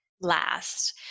last